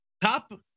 top